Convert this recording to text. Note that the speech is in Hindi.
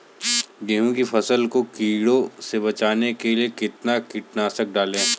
गेहूँ की फसल को कीड़ों से बचाने के लिए कितना कीटनाशक डालें?